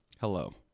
Hello